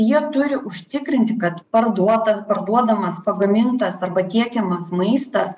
jie turi užtikrinti kad parduotas parduodamas pagamintas arba tiekiamas maistas